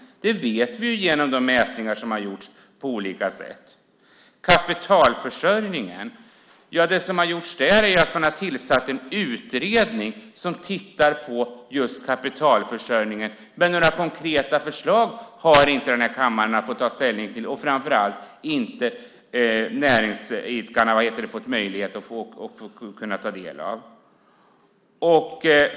Det vet vi genom de mätningar som har gjorts. Kapitalförsörjningen nämner man. Ja, det som har gjorts där är att man har tillsatt en utredning som tittar på just kapitalförsörjningen. Men några konkreta förslag har den här kammaren inte fått ta ställning till, och näringsidkarna har inte fått ta del av detta.